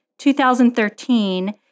2013